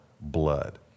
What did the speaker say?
blood